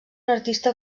artista